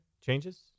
changes